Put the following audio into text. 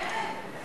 שטרן,